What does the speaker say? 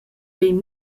vegn